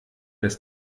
des